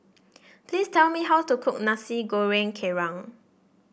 please tell me how to cook Nasi Goreng Kerang